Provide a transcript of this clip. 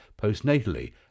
postnatally